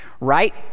Right